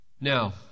Now